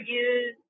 use